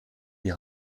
die